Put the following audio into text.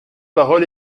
parole